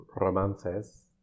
romances